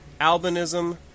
albinism